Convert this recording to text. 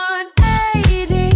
180